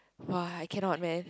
!wah! I cannot man